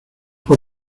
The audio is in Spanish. por